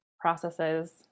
processes